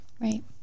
Right